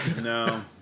No